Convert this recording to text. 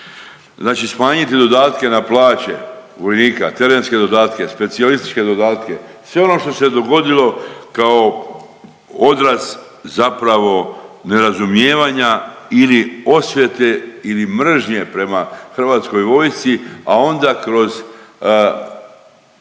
Znači smanjiti dodatke na plaće vojnika, terenske dodatke, specijalističke dodatke, sve ono što se dogodilo kao odraz zapravo nerazumijevanja ili osvete ili mržnje prema Hrvatskoj vojsci, a onda kroz